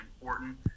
important